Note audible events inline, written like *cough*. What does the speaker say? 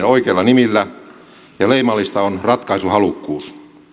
*unintelligible* oikeilla nimillä ja leimallista on ratkaisuhalukkuus